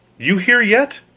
you here yet?